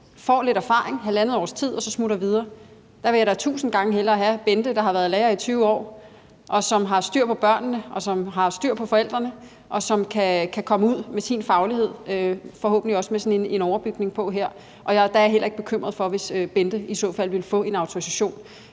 får lidt erfaring, halvandet års tid, og så smutter videre. Der vil jeg da tusind gange hellere have Bente, der har været lærer i 20 år, og som har styr på børnene, og som har styr på forældrene, og som kan komme ud med sin faglighed og forhåbentlig også med sådan en overbygning på her. Og jeg er heller ikke bekymret, hvis Bente i så fald vil få en autorisation.